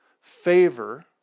favor